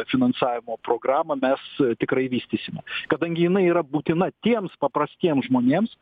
finansavimo programą mes tikrai vystysime kadangi jinai yra būtina tiems paprastiems žmonėms